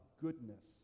goodness